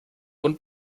und